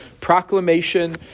proclamation